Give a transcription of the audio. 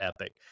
epic